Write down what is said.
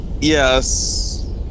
Yes